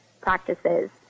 practices